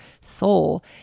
soul